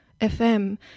FM